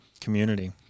community